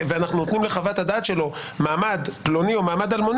ודאי אנחנו נותנים לחוות הדעת שלו מעמד זה או אחר,